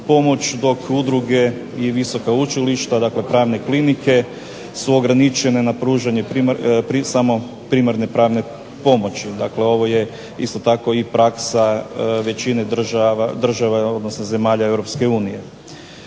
dok udruge i visoka učilišta dakle pravne klinike su ograničene pružanje samo primarne pravne pomoći. Dakle ovo je isto tako praksa većine država odnosno zemalja EU. Uz način